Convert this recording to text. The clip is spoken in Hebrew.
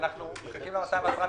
אנחנו- -- לכל ההסכמים